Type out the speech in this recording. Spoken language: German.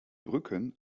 brücken